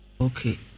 Okay